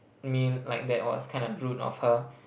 me like that was kind of rude of her